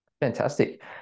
fantastic